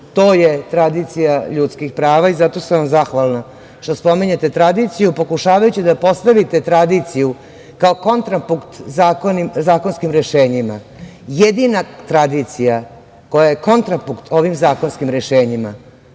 mi. To je tradicija ljudskih prava i zato sam zahvalna što spominjete tradiciju pokušavajući da postavite tradiciju kao kontrapunkt zakonskim rešenjima. Jedina tradicija koja je kontrapunkt ovim zakonskim rešenjima